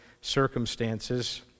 circumstances